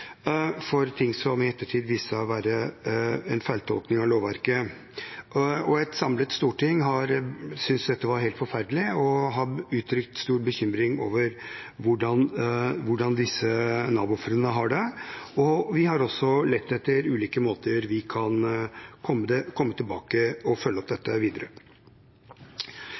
for ting som i ettertid viste seg å være en feiltolkning av lovverket, og et samlet storting har syntes dette var helt forferdelig og har uttrykt stor bekymring over hvordan disse Nav-ofrene har det. Vi har også lett etter ulike måter å komme tilbake på og følge opp dette videre.